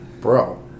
bro